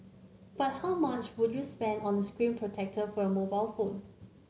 but how much would you spend on a screen protector for your mobile phone